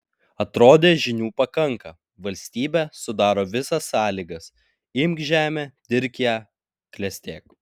atrodė žinių pakanka valstybė sudaro visas sąlygas imk žemę dirbk ją klestėk